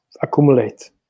accumulate